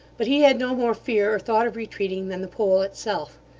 but he had no more fear or thought of retreating than the pole itself.